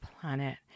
planet